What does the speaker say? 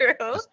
true